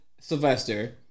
Sylvester